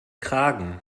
kragen